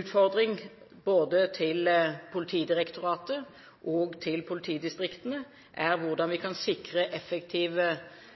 utfordring både til Politidirektoratet og til politidistriktene er hvordan vi kan sikre